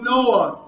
Noah